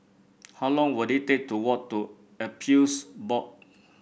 how long will it take to walk to Appeals Board